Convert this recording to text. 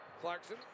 Clarkson